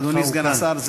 אדוני סגן השר,